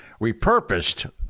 Repurposed